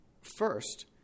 First